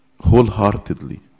wholeheartedly